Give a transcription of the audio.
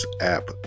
app